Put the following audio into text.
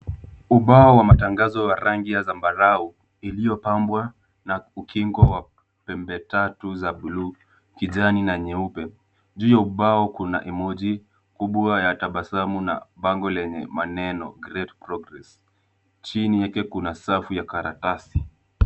Ubao wa matangazo wa rangi ya zambarau iliyopambwa na ukingo wa pembe tatu za buluu, kijani na nyeupe. Juu ya ubao kuna emoji kubwa ya tabasamu na bango lenye maneno great progress . Chini yake kuna safu ya karatasi.